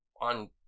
on